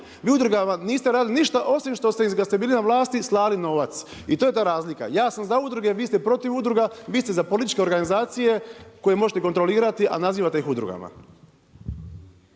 Vi u udrugama niste radili ništa, osim što ste kad ste bili na vlasti i slali novac i to je ta razlika. Ja sam za udruge, vi ste protiv udruga, vi ste za političke organizacije koje možete kontrolirati a nazivate ih udrugama.